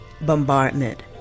bombardment